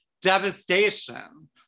devastation